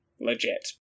legit